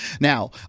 Now